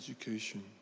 education